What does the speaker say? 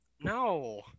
No